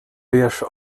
beige